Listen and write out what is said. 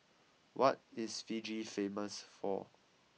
what is Fiji famous for